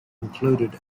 included